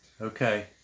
okay